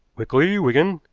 quickly, wigan!